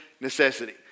necessity